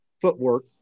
footwork